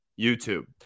YouTube